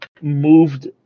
moved